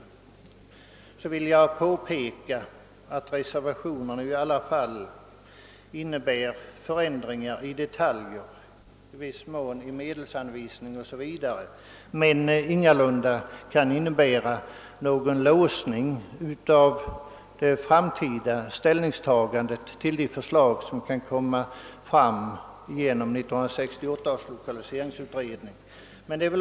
Jag vill påpeka att reservationerna innebär förändringar i detaljer, i viss mån av medelsanvisning o.s.v. men ingalunda medför någon låsning av det framtida ställningstagandet till det förslag som kan komma fram genom 1968 års lokaliseringsutredning.